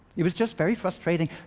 it was just very frustrating.